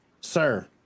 sir